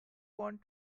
want